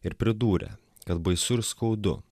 ir pridūrė kad baisu ir skaudu